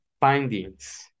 findings